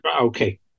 okay